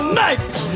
night